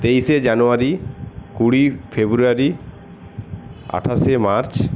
তেইশে জানোয়ারি কুড়ি ফেব্রুয়ারি আঠাশে মার্চ